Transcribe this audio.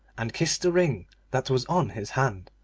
and kissed the ring that was on his hand,